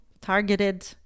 Targeted